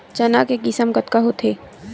चना के किसम कतका होथे?